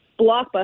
blockbuster